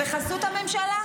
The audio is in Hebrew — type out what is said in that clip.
נס בחסות הממשלה.